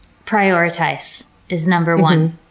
prioritize is number one.